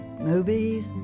movies